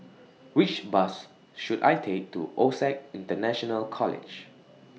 Which Bus should I Take to OSAC International College